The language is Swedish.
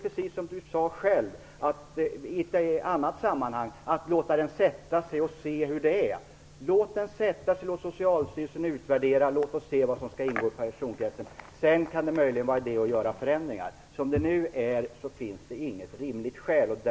Precis som Hans Karlsson själv sagt i ett annat sammanhang gäller det att låta den sätta sig och att först se hur det förhåller sig. Låt alltså reformen sätta sig och låt Socialstyrelsen göra en utvärdering! Sedan får vi se vad som skall ingå. Därefter kan det möjligen vara idé att göra förändringar. Som det nu är finns det inget rimligt skäl att anföra här.